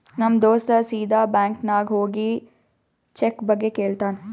ನಮ್ ದೋಸ್ತ ಸೀದಾ ಬ್ಯಾಂಕ್ ನಾಗ್ ಹೋಗಿ ಚೆಕ್ ಬಗ್ಗೆ ಕೇಳ್ತಾನ್